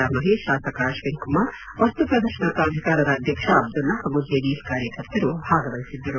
ರಾ ಮಹೇಶ್ ಶಾಸಕ ಅಶ್ವಿನ್ ಕುಮಾರ್ ವಸ್ತುಪ್ರದರ್ಶನ ಪ್ರಾಧಿಕಾರದ ಅಧ್ಯಕ್ಷ ಅಬ್ದುಲ್ಲಾ ಹಾಗೂ ಜೆಡಿಎಸ್ ಕಾರ್ಯಕರ್ತರು ಭಾಗವಹಿಸಿದ್ದರು